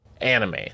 anime